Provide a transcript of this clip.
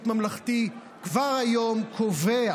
שחוק ביטוח בריאות ממלכתי כבר היום קובע